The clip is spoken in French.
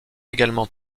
également